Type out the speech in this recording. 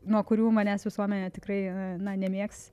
nuo kurių manęs visuomenė tikrai nemėgs